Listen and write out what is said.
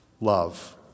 Love